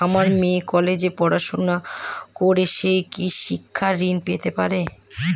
আমার মেয়ে কলেজে পড়াশোনা করে সে কি শিক্ষা ঋণ পেতে পারে?